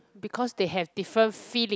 because they have different feeling